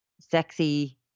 sexy